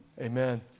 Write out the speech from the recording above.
Amen